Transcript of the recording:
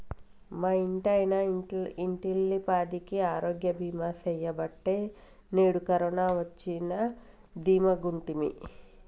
మా ఇంటాయన ఇంటిల్లపాదికి ఆరోగ్య బీమా సెయ్యబట్టే నేడు కరోన వచ్చినా దీమాగుంటిమి